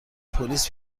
پلیس